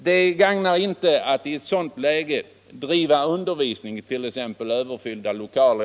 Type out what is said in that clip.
Det gagnar ingen att i ett sådant läge t.ex. bedriva undervisning i överfyllda lokaler.